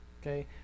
okay